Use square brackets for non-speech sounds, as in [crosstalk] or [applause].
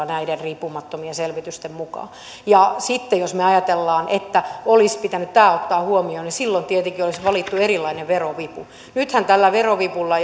[unintelligible] näiden riippumattomien selvitysten mukaan sitten jos me ajattelemme että olisi pitänyt tämä ottaa huomioon silloin tietenkin olisi valittu erilainen verovipu nythän tällä verovivulla [unintelligible]